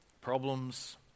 Problems